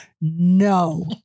no